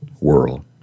world